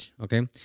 okay